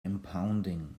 impounding